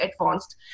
advanced